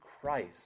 Christ